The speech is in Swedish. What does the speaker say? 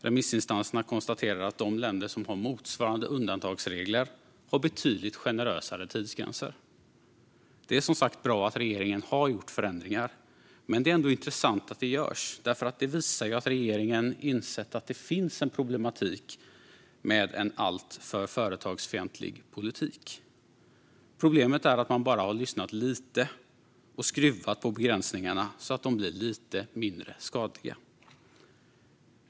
Remissinstanserna konstaterade att de länder som har motsvarande undantagsregler har betydligt generösare tidsgränser. Det är som sagt bra att regeringen har gjort förändringar, och det är intressant att det görs, eftersom det visar att regeringen har insett att det finns en problematik med en alltför företagsfientlig politik. Problemet är att man bara har lyssnat lite och skruvat på begränsningarna så att de blir lite mindre skadliga.